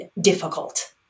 difficult